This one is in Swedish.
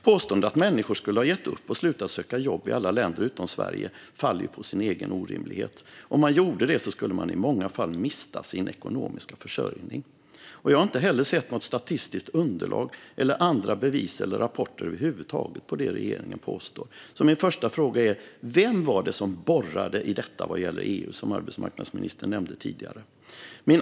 Påståendet att människor skulle ha gett upp och slutat söka jobb i alla länder utom Sverige faller på sin egen orimlighet. Om man gjorde så skulle man i många fall mista sin ekonomiska försörjning. Jag har inte heller sett något statistiskt underlag eller några andra bevis eller rapporter över huvud taget för det som regeringen påstår. Min första fråga är: Vem var det som borrade i detta när det gäller EU som arbetsmarknadsministern tidigare nämnde?